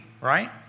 right